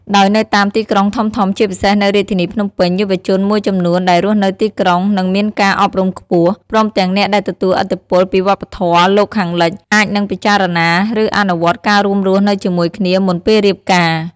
ដោយនៅតាមទីក្រុងធំៗ ជាពិសេសនៅរាជធានីភ្នំពេញ យុវជនមួយចំនួនដែលរស់នៅទីក្រុង និងមានការអប់រំខ្ពស់ ព្រមទាំងអ្នកដែលទទួលឥទ្ធិពលពីវប្បធម៌លោកខាងលិច អាចនឹងពិចារណា ឬអនុវត្តការរួមរស់នៅជាមួយគ្នាមុនពេលរៀបការ។